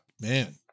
man